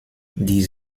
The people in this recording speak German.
die